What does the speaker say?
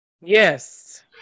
Yes